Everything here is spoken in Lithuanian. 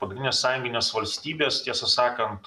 pagrindinės sąjunginės valstybės tiesą sakant